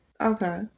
Okay